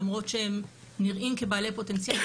למרות שהם נראים כבעלי פוטנציאל,